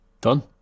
done